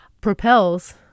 propels